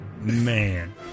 Man